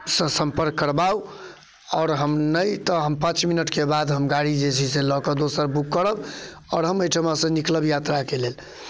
सऽ सम्पर्क करबाउ आओर हम नहि तऽ हम पाँच मिनटके बाद हम गाड़ी जे छै से लऽ कऽ दोसर बुक करब आओर हम अइठमासँ निकलब यात्राके लेल